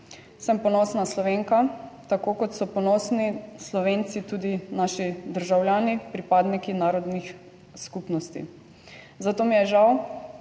Sem ponosna Slovenka, tako kot so ponosni Slovenci tudi naši državljani, pripadniki narodnih skupnosti. Zato mi je žal,